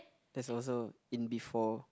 that's also in before